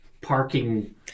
parking